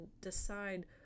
decide